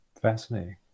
Fascinating